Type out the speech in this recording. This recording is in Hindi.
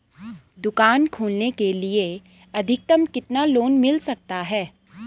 दुकान खोलने के लिए अधिकतम कितना लोन मिल सकता है?